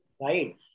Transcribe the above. right